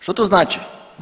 Što to znači?